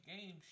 game